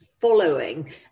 following